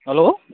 hello